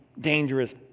dangerous